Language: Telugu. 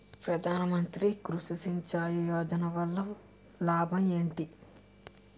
ప్రధాన మంత్రి కృషి సించాయి యోజన వల్ల లాభం ఏంటి?